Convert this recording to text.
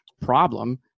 problem